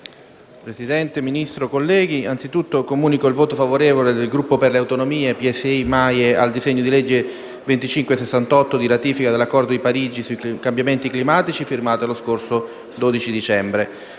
Presidente, signor Ministro, colleghi, anzitutto comunico il voto favorevole del Gruppo per le Autonomie-PSI-MAIE al disegno di legge n. 2568 di ratifica dell'Accordo di Parigi sui cambiamenti climatici, firmato lo scorso 12 dicembre